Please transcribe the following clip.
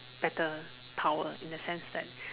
better power in the sense that